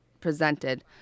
presented